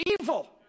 evil